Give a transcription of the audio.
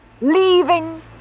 leaving